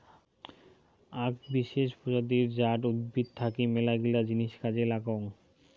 আক বিশেষ প্রজাতি জাট উদ্ভিদ থাকি মেলাগিলা জিনিস কাজে লাগং